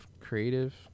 creative